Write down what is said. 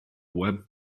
web